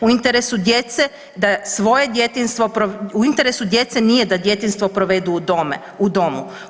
U interesu djece da svoje djetinjstvo, u interesu djece nije da djetinjstvo provedu u domu.